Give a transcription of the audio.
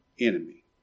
enemy